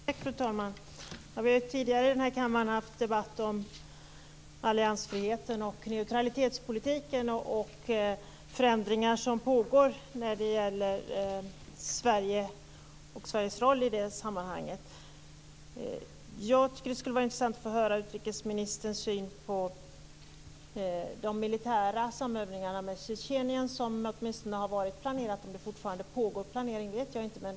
Fru talman! Vi har tidigare här i kammaren haft en debatt om alliansfriheten och neutralitetspolitiken och de förändringar som sker när det gäller Sveriges roll i det sammanhanget. Jag tycker att det skulle vara intressant att få höra utrikesministerns syn på de militära samövningarna med Ryssland som åtminstone har varit planerade. Jag vet inte om det fortfarande pågår planering.